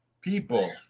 people